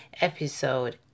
episode